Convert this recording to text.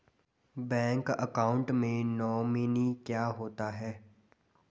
Bank account में nominee क्या होता है?